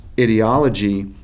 ideology